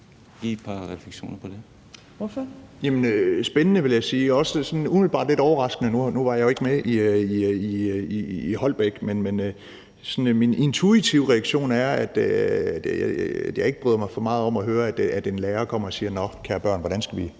Kl. 11:45 Alex Vanopslagh (LA): Jamen spændende, vil jeg sige, det er umiddelbart også sådan lidt overraskende. Nu var jeg jo ikke med i Holbæk, men min intuitive reaktion er, at jeg ikke bryder mig for meget om at høre, at en lærer kommer og siger: Nå, kære børn, hvordan skal vi